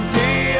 day